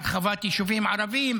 הרחבת יישובים ערביים,